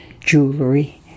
jewelry